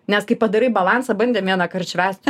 nes kai padarai balansą bandėm vienąkart švęst